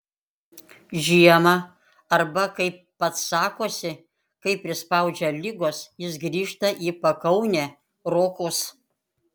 žiemą arba kaip pats sakosi kai prispaudžia ligos jis grįžta į pakaunę rokus